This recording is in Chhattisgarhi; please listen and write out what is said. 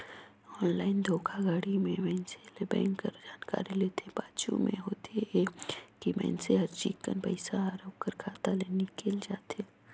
ऑनलाईन धोखाघड़ी में मइनसे ले बेंक कर जानकारी लेथे, पाछू में होथे ए कि मइनसे कर चिक्कन पइसा हर ओकर खाता ले हिंकेल जाथे